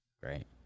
Great